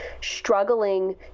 struggling